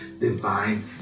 divine